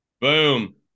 Boom